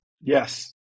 Yes